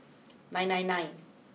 nine nine nine